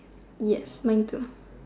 yes mine too